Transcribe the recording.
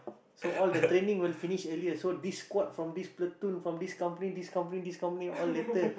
so all the train will finish earlier so this squad from this platoon from this company this company this company all later